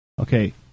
Okay